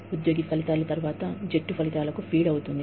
ఉద్యోగి ఫలితాలు జట్టు ఫలితాలకు ఫీడ్ అవుతాయి